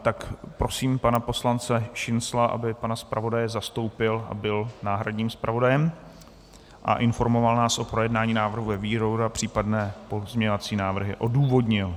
Tak prosím pana poslance Šincla, aby pana zpravodaje zastoupil, byl náhradním zpravodajem a informoval nás o projednání návrhu ve výboru a případné pozměňovací návrhy odůvodnil.